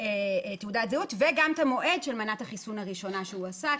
תעודת זהות וגם את המועד של מנת החיסון הראשונה שהוא עשה,